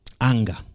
Anger